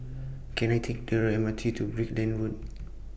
Can I Take The M R T to Brickland Road